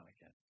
again